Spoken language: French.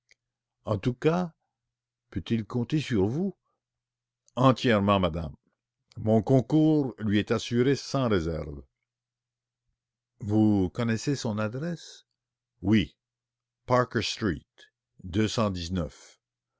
en tout cas soyez sûre madame que mon concours lui est entièrement assuré vous connaissez son adresse oui parker street